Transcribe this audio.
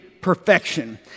perfection